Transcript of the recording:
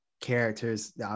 characters